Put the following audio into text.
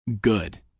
good